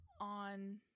on